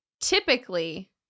typically